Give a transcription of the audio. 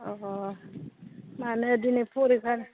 अ मानो दिनै परिखा